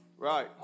Right